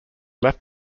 left